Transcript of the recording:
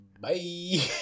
Bye